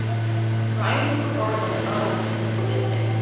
ryan's performance on the phone was convincing.